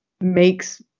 makes